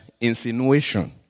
insinuation